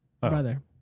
brother